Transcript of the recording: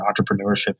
entrepreneurship